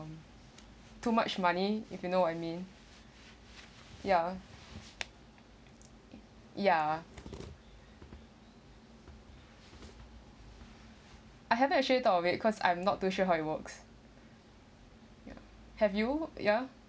um too much money if you know what I mean ya ya I haven't actually thought of it cause I'm not too sure how it works ya have you ya